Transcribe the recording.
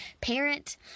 parent